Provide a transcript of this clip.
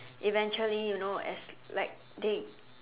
eventually you know as like they